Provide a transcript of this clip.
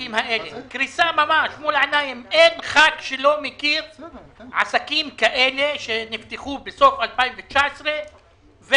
העסקים האלה אין ח"כ שלא מכיר עסקים כאלה שנפתחו בסוף 2019 וקרסו.